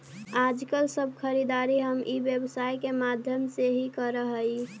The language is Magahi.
आजकल सब खरीदारी हम ई व्यवसाय के माध्यम से ही करऽ हई